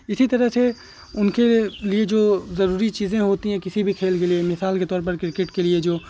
اسی طرح سے ان کے لیے جو ضروری چیزیں ہوتی ہیں کسی بھی کھیل کے لیے مثال کے طور پر کرکٹ کے لیے جو